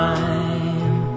Time